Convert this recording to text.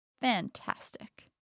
fantastic